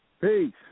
Peace